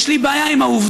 יש לי בעיה עם העובדה,